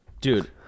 Dude